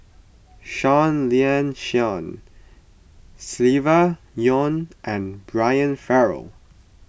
Seah Liang Seah Silvia Yong and Brian Farrell